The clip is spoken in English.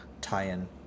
tie-in